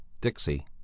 dixie